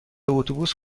اتوبوس